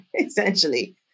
essentially